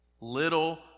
Little